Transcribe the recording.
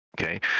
Okay